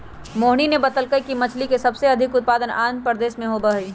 मोहिनी ने बतल कई कि मछ्ली के सबसे अधिक उत्पादन आंध्रप्रदेश में होबा हई